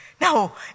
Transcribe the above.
Now